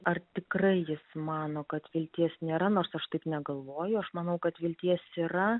ar tikrai jis mano kad vilties nėra nors aš taip negalvoju aš manau kad vilties yra